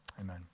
Amen